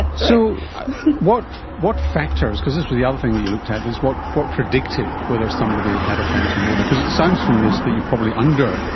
so what what factors, because this was the other thing you looked at, is what what predicted whether someone had a phantom odour, because it sounds from this that you've probably and